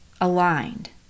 aligned